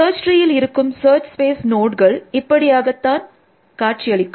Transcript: search ட்ரீயில் இருக்கும் search space நோட்கள் இப்படித்தான் காட்சியளிக்கும்